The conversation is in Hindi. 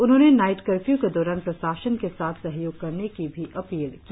उन्होंने नाइट कर्फ्यू के दौरान प्रशासन के साथ सहयोग करने की भी अपील की